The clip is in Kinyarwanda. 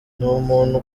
umuntu